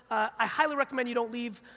i highly recommend you don't leave,